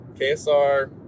KSR